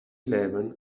eleven